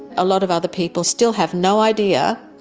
a lot of other people still have no idea,